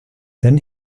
then